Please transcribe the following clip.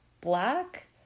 black